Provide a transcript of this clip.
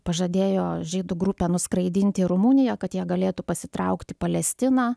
pažadėjo žydų grupę nuskraidinti į rumuniją kad jie galėtų pasitraukti į palestiną